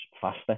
faster